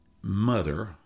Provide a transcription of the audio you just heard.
mother